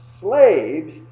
slaves